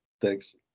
thanks